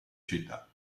città